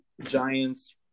Giants